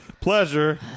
pleasure